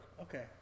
Okay